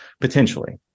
potentially